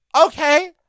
Okay